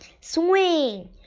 swing